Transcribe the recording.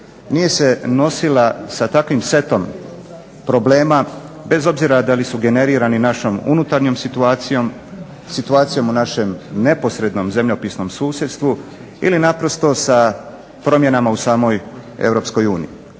nije se nosila sa takvim setom problema bez obzira da li su generirani našom unutarnjom situacijom, situacijom u našem neposrednom zemljopisnom susjedstvu ili naprosto sa promjenama u samoj EU.